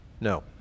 No